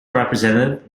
representative